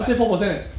S_A four percent eh